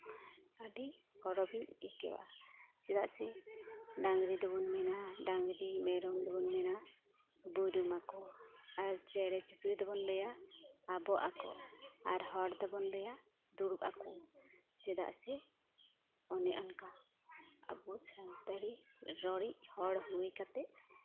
ᱟᱹᱰᱤ ᱜᱚᱨᱚᱵᱤᱧ ᱟᱹᱭᱠᱟᱹᱣᱟ ᱪᱮᱫᱟᱜ ᱥᱮ ᱰᱟᱝᱨᱤ ᱫᱚᱵᱚᱱ ᱢᱮᱱᱟ ᱰᱟᱝᱨᱤ ᱢᱮᱨᱚᱢ ᱫᱚᱵᱚᱱ ᱢᱮᱱᱟ ᱵᱩᱨᱩᱢᱟᱠᱚ ᱟᱨ ᱪᱮᱬᱮ ᱪᱩᱯᱲᱤ ᱫᱚᱵᱚᱱ ᱞᱟᱹᱭᱟ ᱟᱵᱚᱜ ᱟᱠᱚ ᱟᱨ ᱦᱚᱲ ᱫᱚᱵᱚᱱ ᱞᱟᱹᱭᱟ ᱫᱩᱲᱩᱵ ᱟᱠᱚ ᱪᱮᱫᱟᱜ ᱥᱮ ᱚᱱᱮ ᱚᱱᱠᱟ ᱟᱵᱚ ᱥᱟᱱᱛᱟᱲᱤ ᱨᱚᱲᱤᱡ ᱦᱚᱲ ᱦᱩᱭ ᱠᱟᱛᱮ